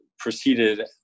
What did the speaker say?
proceeded